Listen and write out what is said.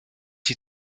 s’y